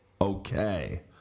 Okay